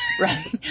Right